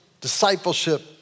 discipleship